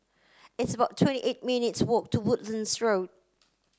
it's about twenty eight minutes' walk to Woodlands Road